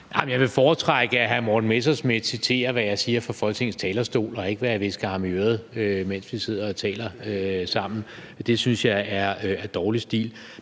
Jeg vil foretrække, at hr. Morten Messerschmidt citerer, hvad jeg siger fra Folketingets talerstol, og ikke hvad jeg hvisker ham i øret, mens vi sidder og taler sammen. Det synes jeg er dårlig stil.